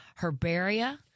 Herbaria